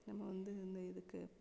நம்ம வந்து இந்த இதுக்கு